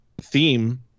theme